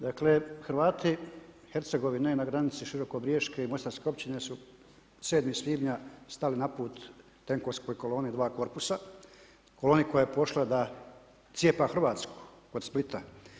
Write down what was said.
Dakle Hrvati Hercegovine na granice širokobriješke i mostarske općine su 7. svibnja stali na put tenkovskoj koloni dva korpusa, koloni koja je pošla da cijepa Hrvatsku kod Splita.